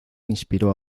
inspiró